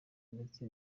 ndetse